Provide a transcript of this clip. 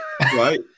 right